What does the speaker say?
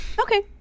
Okay